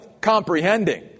comprehending